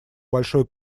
большой